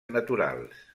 naturals